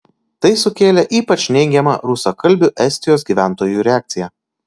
tai sukėlė ypač neigiamą rusakalbių estijos gyventojų reakciją